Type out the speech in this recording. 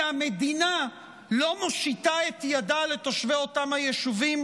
המדינה לא מושיטה את ידה לתושבי אותם היישובים?